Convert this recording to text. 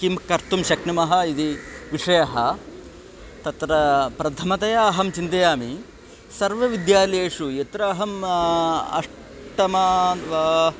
किं कर्तुं शक्नुमः इति विषयः तत्र प्रथमतया अहं चिन्तयामि सर्वविद्यालयेषु यत्र अहम् अष्टमः वा